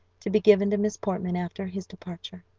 to be given to miss portman after his departure.